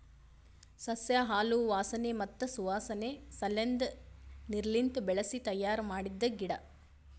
ಸಸ್ಯ ಹಾಲು ವಾಸನೆ ಮತ್ತ್ ಸುವಾಸನೆ ಸಲೆಂದ್ ನೀರ್ಲಿಂತ ಬೆಳಿಸಿ ತಯ್ಯಾರ ಮಾಡಿದ್ದ ಗಿಡ